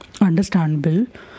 understandable